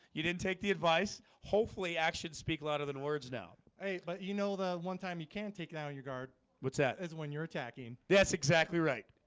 you didn't take the advice hopefully actions speak louder than words now hey, but, you know the one time you can't take down your guard what's that is when you're attacking that's exactly right